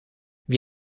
wie